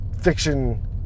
fiction